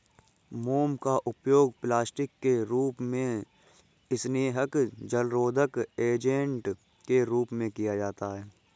मोम का उपयोग प्लास्टिक के रूप में, स्नेहक, जलरोधक एजेंट के रूप में किया जाता है